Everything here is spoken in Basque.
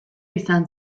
izan